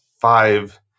five